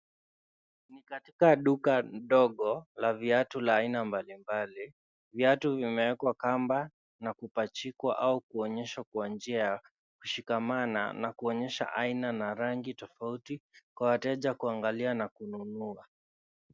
Ni katika duka dogo la viatu la aina mbalimbali. Viatu vimewekwa kamba na kupachikwa au kuonyeshwa kwa njia ya kushikamana na kuonyesha aina na rangi tofauti kwa wateja kuangalia na kununua.